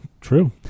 true